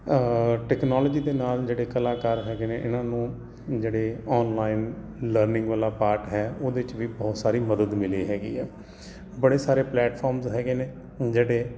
technology ਦੇ ਨਾਲ ਜਿਹੜੇ ਕਲਾਕਾਰ ਹੈਗੇ ਨੇ ਇਹਨਾਂ ਨੂੰ ਜਿਹੜੇ ਆਨਲਾਈਨ ਲਰਨਿੰਗ ਵਾਲਾ ਪਾਰਟ ਹੈ ਉਹਦੇ 'ਚ ਵੀ ਬਹੁਤ ਸਾਰੀ ਮਦਦ ਮਿਲੀ ਹੈਗੀ ਆ ਬੜੇ ਸਾਰੇ ਪਲੈਟਫਾਰਮਸ ਹੈਗੇ ਨੇ ਜਿਹੜੇ